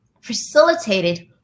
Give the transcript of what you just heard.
facilitated